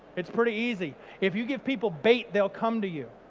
it's pretty easy. if you give people bait, they'll come to you.